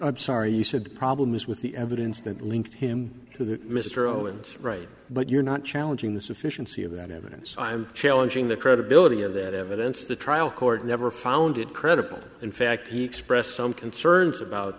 i'm sorry you said the problem is with the evidence that linked him to mr owens right but you're not challenging the sufficiency of that evidence i'm challenging the credibility of that evidence the trial court never found it credible in fact he expressed some concerns about